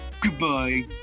Goodbye